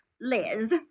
Liz